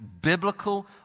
biblical